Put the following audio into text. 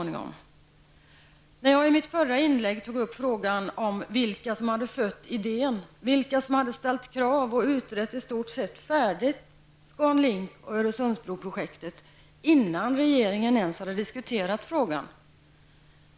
I mitt förra inlägg tog jag upp frågan om vilka som hade fött idén, vilka som hade ställt krav och i stort sett hade färdigutrett ScanLink och Öresundsbroprojektet innan regeringen ens hade diskuterat saken.